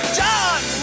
john